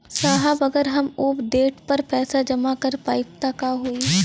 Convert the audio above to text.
साहब अगर हम ओ देट पर पैसाना जमा कर पाइब त का होइ?